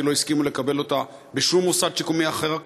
כי לא הסכימו לקבל אותה בשום מוסד שיקומי אחר.